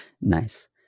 Nice